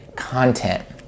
content